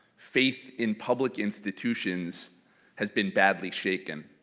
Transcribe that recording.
faith in public institutions has been badly shaken.